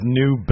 new